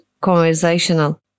conversational